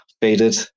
faded